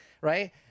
right